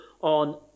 on